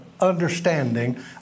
understanding